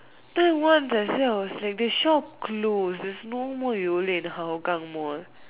then once that see the shop close close there's no more Yole in Hougang Mall